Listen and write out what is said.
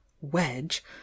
wedge